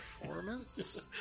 ...performance